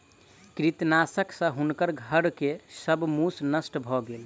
कृंतकनाशक सॅ हुनकर घर के सब मूस नष्ट भ गेल